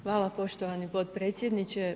Hvala poštovani potpredsjedniče.